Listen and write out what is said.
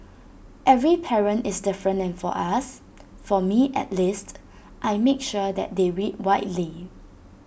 every parent is different and for us for me at least I make sure that they read widely